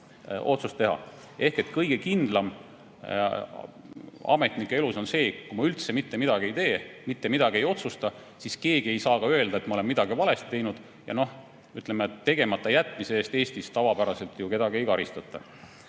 otsust teha. Kõige kindlam ametniku elus on see, et kui ta üldse mitte midagi ei tee, mitte midagi ei otsusta, siis keegi ei saa ka öelda, et ta on midagi valesti teinud. Millegi tegemata jätmise eest Eestis tavapäraselt ju kedagi ei karistata.